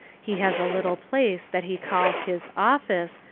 he has a little place that he calls his office,